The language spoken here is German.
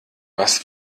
was